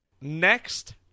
Next